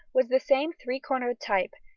was the same three-cornered type,